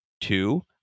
Two